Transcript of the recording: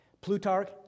Plutarch